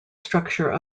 structure